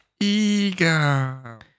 Ego